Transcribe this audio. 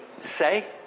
say